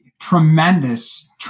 Tremendous